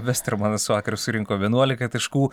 leo vestermanas vakar surinko vienuolika taškų